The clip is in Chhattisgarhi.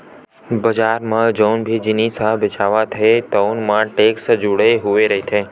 बजार म जउन भी जिनिस ह बेचावत हे तउन म टेक्स जुड़े हुए रहिथे